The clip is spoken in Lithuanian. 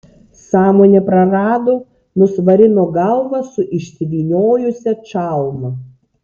sąmonę prarado nusvarino galvą su išsivyniojusia čalma